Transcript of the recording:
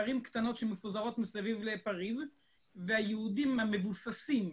ערים קטנות שמפוזרות מסביב לפריז והיהודים המבוססים,